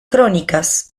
crónicas